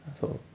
so